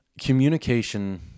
Communication